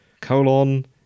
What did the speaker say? colon